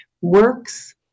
works